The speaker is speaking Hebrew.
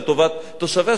לטובת תושביה,